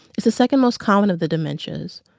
it's the second-most common of the dementias,